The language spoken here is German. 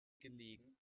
gelegen